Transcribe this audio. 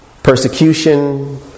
Persecution